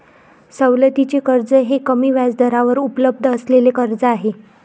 सवलतीचे कर्ज हे कमी व्याजदरावर उपलब्ध असलेले कर्ज आहे